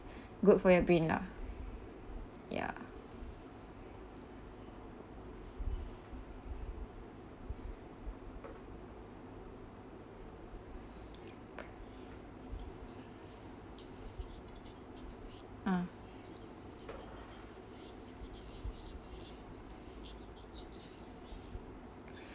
good for your brain lah ya ah